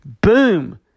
boom